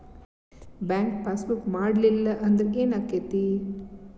Bank passbook ಮಾಡಲಿಲ್ಲ ಅಂದ್ರೆ ಏನ್ ಆಗ್ತೈತಿ?